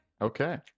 Okay